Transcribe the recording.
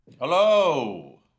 Hello